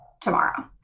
tomorrow